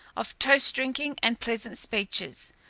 of toast-drinking and pleasant speeches.